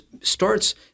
starts